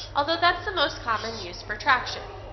although that's the most common use for traction.